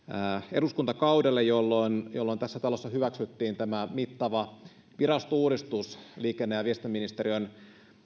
eduskuntakaudelle jolloin jolloin tässä talossa hyväksyttiin tämä mittava virastouudistus liikenne ja viestintäministeriön